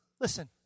listen